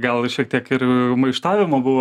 gal ir šiek tiek ir maištavimo buvo